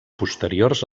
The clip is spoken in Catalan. posteriors